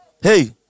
Hey